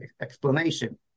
explanation